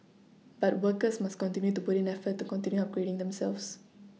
but workers must continue to put in effort to continue upgrading themselves